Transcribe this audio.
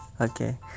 Okay